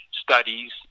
studies